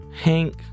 Hank